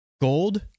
Gold